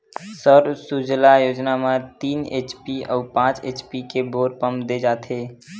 सौर सूजला योजना म तीन एच.पी अउ पाँच एच.पी के बोर पंप दे जाथेय